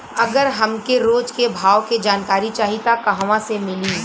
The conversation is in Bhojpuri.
अगर हमके रोज के भाव के जानकारी चाही त कहवा से मिली?